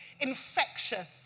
infectious